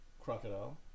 crocodile